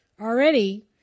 already